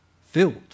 filled